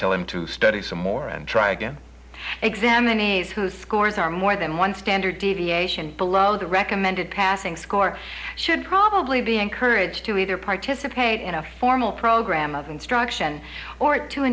tell him to study some more and try to do examinations who scores are more than one standard deviation below the recommended passing score should probably be encouraged to either participate in a formal program of instruction or to